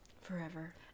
forever